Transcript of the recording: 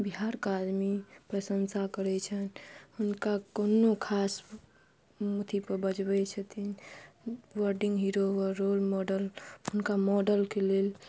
बिहारके आदमी प्रशंसा करै छनि हुनका कोनो खास अथी पर बजबै छथिन वर्डिंग हीरो रोल मॉडल हुनका मॉडलके लेल